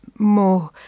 more